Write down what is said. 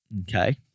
Okay